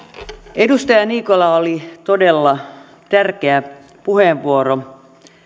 edustaja niikolla oli todella tärkeä puheenvuoro